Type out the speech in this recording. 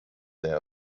their